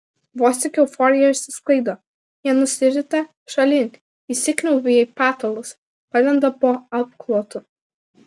vos tik euforija išsisklaido jie nusirita šalin įsikniaubia į patalus palenda po apklotu